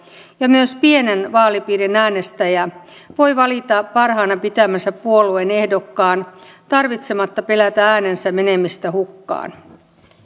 ja myös pienen vaalipiirin äänestäjä voi valita parhaana pitämänsä puolueen ehdokkaan tarvitsematta pelätä äänensä menemistä hukkaan